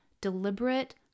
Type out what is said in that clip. deliberate